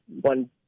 one